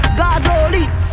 gasoline